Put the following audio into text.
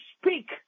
speak